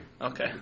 Okay